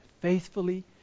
faithfully